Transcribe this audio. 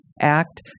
act